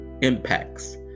impacts